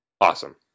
awesome